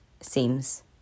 seems